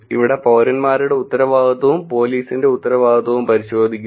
ഇവിടെ പൌരന്മാരുടെ ഉത്തരവാദിത്വവും പോലീസിൻറെ ഉത്തരവാദിത്വവും പരിശോധിക്കുന്നു